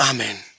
Amen